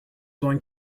going